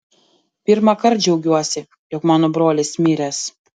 pirmąkart džiaugiuosi jog mano brolis miręs